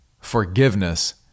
forgiveness